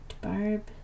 Barb